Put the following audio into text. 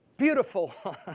beautiful